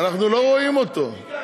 אנחנו לא רואים אותו.